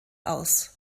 aus